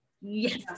Yes